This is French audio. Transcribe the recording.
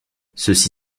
ceci